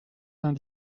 vingt